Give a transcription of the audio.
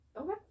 Okay